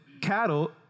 cattle